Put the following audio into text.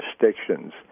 jurisdictions